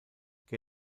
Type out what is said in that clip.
que